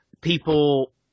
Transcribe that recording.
people